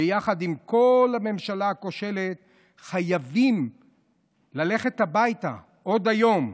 ויחד עם כל הממשלה הכושלת הם חייבים ללכת הביתה עוד היום.